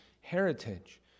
heritage